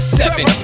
seven